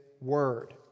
word